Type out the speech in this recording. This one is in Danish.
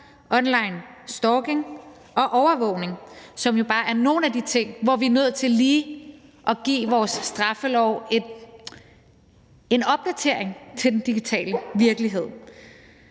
onlinestalking og overvågning, som jo bare er nogle af de ting, hvor vi er nødt til lige at give vores straffelov en opdatering til den digitale virkelighed.